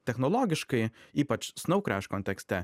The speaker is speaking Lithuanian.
technologiškai ypač snaukreš kontekste